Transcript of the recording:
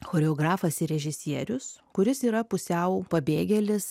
choreografas ir režisierius kuris yra pusiau pabėgėlis